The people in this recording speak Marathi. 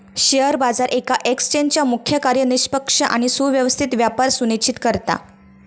शेअर बाजार येका एक्सचेंजचा मुख्य कार्य निष्पक्ष आणि सुव्यवस्थित व्यापार सुनिश्चित करता